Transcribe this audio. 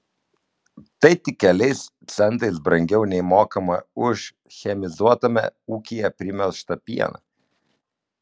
tai tik keliais centais brangiau nei mokama už chemizuotame ūkyje primelžtą pieną